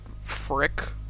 frick